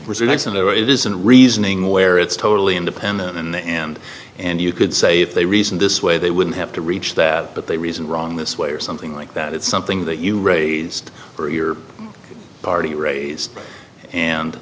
way it is and reasoning where it's totally independent in the end and you could say if they reasoned this way they wouldn't have to reach that but they reasoned wrong this way or something like that it's something that you raised for your party raise and